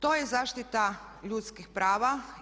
To je zaštita ljudskih prava.